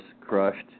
crushed